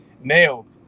nailed